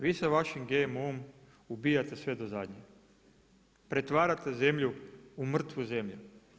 Vi sa vašim GMO-om ubijate sve do zadnjeg, pretvarate zemlju u mrtvu zemlju.